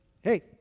hey